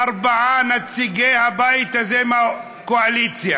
ארבעה נציגי הבית הזה מהקואליציה.